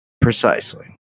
Precisely